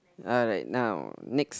alright now next